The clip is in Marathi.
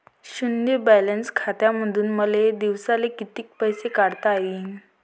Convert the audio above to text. शुन्य बॅलन्स खात्यामंधून मले दिवसाले कितीक पैसे काढता येईन?